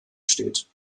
steht